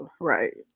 right